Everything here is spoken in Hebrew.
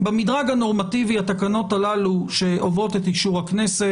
במדרג הנורמטיבי התקנות הללו שעוברות את אישור הכנסת,